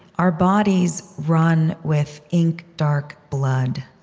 our bodies run with ink dark blood.